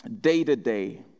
day-to-day